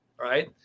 Right